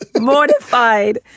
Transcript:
mortified